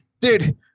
Dude